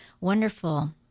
wonderful